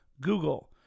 Google